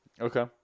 Okay